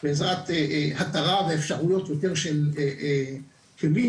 בעזרת התרה ואפשרויות יותר של כלים